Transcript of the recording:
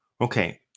Okay